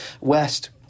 west